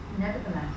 Nevertheless